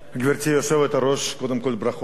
גברתי היושבת-ראש, קודם כול ברכות.